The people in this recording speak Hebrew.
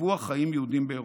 וטיפוח חיים יהודיים באירופה.